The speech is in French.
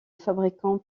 fabricant